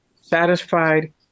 Satisfied